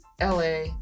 LA